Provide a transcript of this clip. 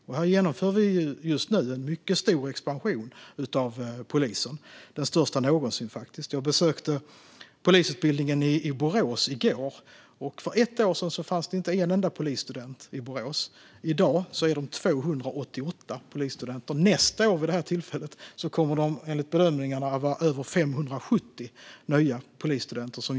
Just nu genomför vi en mycket stor expansion av polisen, faktiskt den största någonsin. Jag besökte i går polisutbildningen i Borås. För ett år sedan fanns det inte en enda polisstudent i Borås. I dag är de 288 polisstudenter. Så här dags nästa år kommer de enligt bedömningarna att ha över 570 nya polisstudenter.